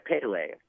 Pele